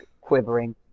quivering